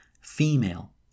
female